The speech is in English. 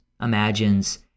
imagines